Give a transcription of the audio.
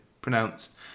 pronounced